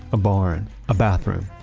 a barn, a bathroom.